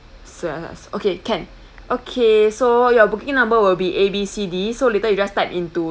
soya sauce okay can okay so your booking number will be A B C D so later you just type into